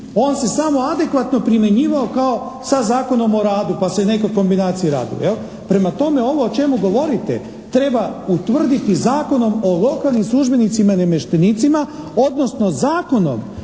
On se samo adekvatno primjenjivao kao sa Zakonom o radu, pa se neke kombinacije radi. Prema tome, ovo o čemu govorite treba utvrditi Zakonom o lokalnim službenicima i namještenicima, odnosno zakonom